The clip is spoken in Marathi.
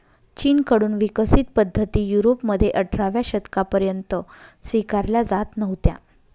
चीन कडून विकसित पद्धती युरोपमध्ये अठराव्या शतकापर्यंत स्वीकारल्या जात नव्हत्या